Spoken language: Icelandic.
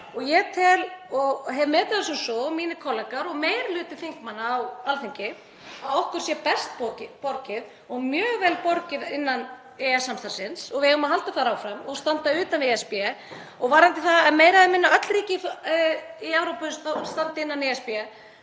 Ég hef metið það sem svo og mínir kollegar og meiri hluti þingmanna á Alþingi að okkur sé best borgið og mjög vel borgið innan EES-samstarfsins og við eigum að halda því áfram og standa utan við ESB. Og varðandi það að meira eða minna öll ríki í Evrópu standi innan ESB